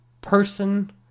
person